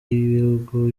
y’ibihugu